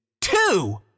two